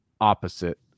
opposite